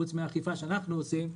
פרט לאכיפה שאנחנו עושים,